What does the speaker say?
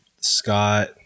Scott